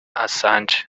assange